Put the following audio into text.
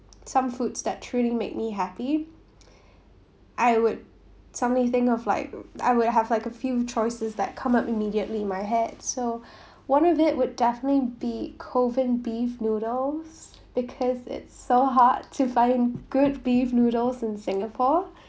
some foods that truly made me happy I would suddenly think of like I will have like a few choices that come up immediately my heart so one of it would definitely be kovan beef noodles because it's so hard to find good beef noodles in singapore